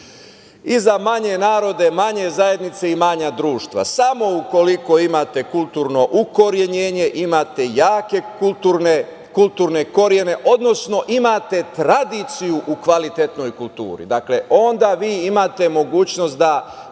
i za manje narode, manje zajednice i manja društva. Samo ukoliko imate kulturno ukorenjenje, imate jake kulturne korene, odnosno imate tradiciju u kvalitetnoj kulturi. Dakle, onda vi imate mogućnost da